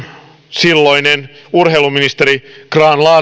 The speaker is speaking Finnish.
silloinen urheiluministeri grahn